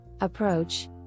approach